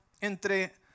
entre